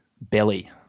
belly